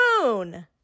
moon